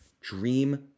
dream